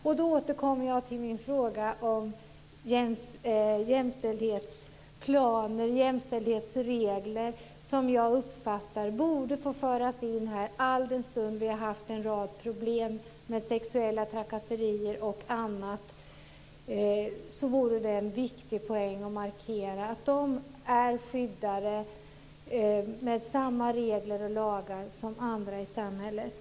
Jag återkommer till min fråga om jämställdhetsplaner och jämställdhetsregler, sådant som enligt min uppfattning borde få föras in här. Alldenstund vi har haft en rad problem med bl.a. sexuella trakasserier vore det viktigt att markera att studenterna är skyddade av samma regler och lagar som andra i samhället.